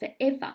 forever